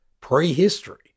prehistory